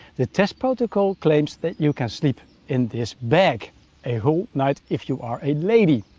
the test protocol claims that you can sleep in this bag a whole night if you are a lady.